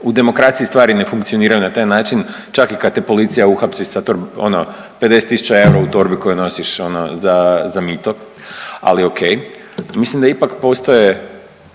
u demokraciji stvari ne funkcioniraju na taj način čak i kad te policiji uhapsi sa ono 50 tisuća eura u torbi koju nosiš ono za, za mito, ali ok. Mislim da ipak postoje